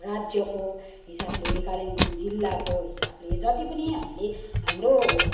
राज्यको हिसाबले कालिम्पोङ जिल्लाको हिसाबले जति पनि हामीले हाम्रो